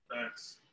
Thanks